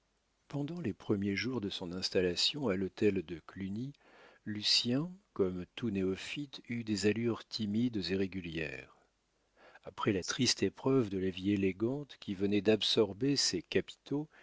pendant les premiers jours de son installation à l'hôtel de cluny lucien comme tout néophyte eut des allures timides et régulières après la triste épreuve de la vie élégante qui venait d'absorber ses capitaux